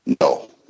No